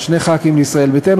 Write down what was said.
ישראל ביתנו,